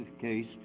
case